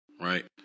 Right